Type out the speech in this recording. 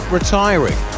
retiring